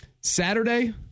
Saturday